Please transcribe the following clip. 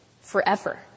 forever